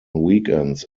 weekends